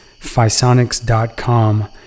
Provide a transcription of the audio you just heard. phisonics.com